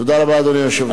תודה רבה, אדוני היושב-ראש.